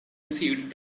received